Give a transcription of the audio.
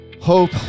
Hope